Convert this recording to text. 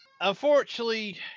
Unfortunately